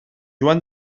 joan